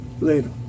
Later